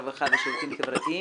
הרווחה והשירותים החברתיים.